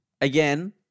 again